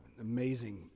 amazing